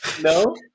No